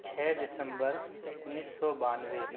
چھ دسمبر انیس سو بانوے